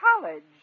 college